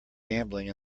gambling